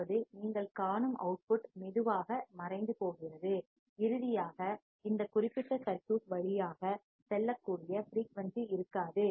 அதாவது நீங்கள் காணும் வெளியீடு அவுட்புட் மெதுவாக மறைந்து போகிறது இறுதியாக இந்த குறிப்பிட்ட சர்க்யூட் வழியாக செல்லக்கூடிய ஃபிரீயூன்சி இருக்காது